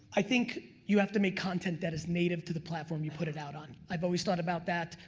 i think you have to make content that is native to the platform you put it out on. i've always thought about that.